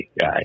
guy